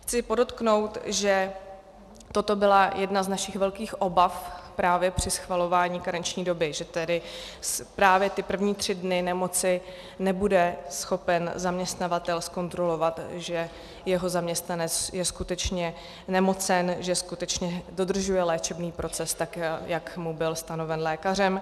Chci podotknout, že toto byla jedna z našich velkých obav právě při schvalování karenční doby, že tedy právě ty první tři dny nemoci nebude schopen zaměstnavatel zkontrolovat, že jeho zaměstnanec je skutečně nemocen, že skutečně dodržuje léčebný proces tak, jak mu byl stanoven lékařem.